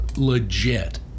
Legit